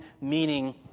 meaning